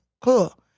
Cool